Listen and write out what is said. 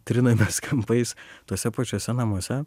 trinamės kampais tuose pačiuose namuose